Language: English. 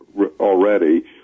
already